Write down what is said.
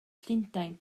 llundain